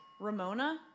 Ramona